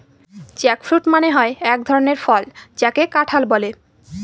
jackfruit মানে হয় এক ধরনের ফল যাকে কাঁঠাল বলে